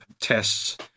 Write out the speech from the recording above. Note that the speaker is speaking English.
tests